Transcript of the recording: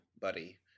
buddy